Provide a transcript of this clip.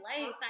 life